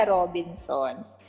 Robinsons